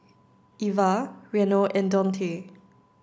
Eva Reno and Dontae